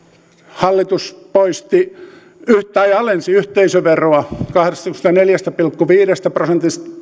hallitus alensi yhteisöveroa kahdestakymmenestäneljästä pilkku viidestä prosentista